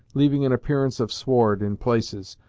leaving an appearance of sward in places,